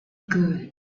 good